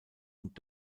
und